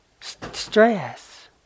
stress